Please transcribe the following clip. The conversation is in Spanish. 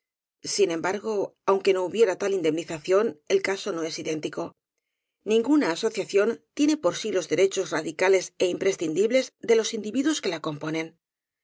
sin embargo aunque no hubiera tal indemniza ción el caso no es idéntico ninguna asociación tiene por sí los derechos radicales é imprescripti bles de los individuos que la componen